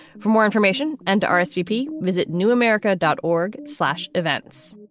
for more information and rsvp, visit new america dot org slash events.